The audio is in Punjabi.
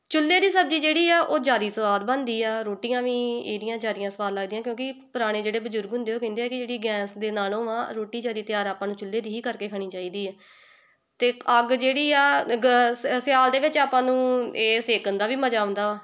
ਚੁੱਲ੍ਹੇ ਦੀ ਸਬਜ਼ੀ ਜਿਹੜੀ ਆ ਉਹ ਜ਼ਿਆਦੀ ਸਵਾਦ ਬਣਦੀ ਆ ਰੋਟੀਆਂ ਵੀ ਇਹਦੀਆਂ ਜ਼ਿਆਦੀਆਂ ਸਵਾਦ ਲੱਗਦੀਆਂ ਕਿਉਂਕਿ ਪੁਰਾਣੇ ਜਿਹੜੇ ਬਜ਼ੁਰਗ ਹੁੰਦੇ ਉਹ ਕਹਿੰਦੇ ਕਿ ਜਿਹੜੀ ਗੈਸ ਦੇ ਨਾਲੋਂ ਵਾ ਰੋਟੀ ਜ਼ਿਆਦੀ ਤਿਆਰ ਆਪਾਂ ਨੂੰ ਚੁੱਲ੍ਹੇ ਦੀ ਹੀ ਕਰਕੇ ਖਾਣੀ ਚਾਹੀਦੀ ਆ ਅਤੇ ਅੱਗ ਜਿਹੜੀ ਆ ਗਾ ਸਿਆ ਸਿਆਲ ਦੇ ਵਿੱਚ ਆਪਾਂ ਨੂੰ ਇਹ ਸੇਕਣ ਦਾ ਵੀ ਮਜ਼ਾ ਆਉਂਦਾ ਵਾ